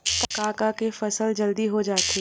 का का के फसल जल्दी हो जाथे?